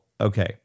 Okay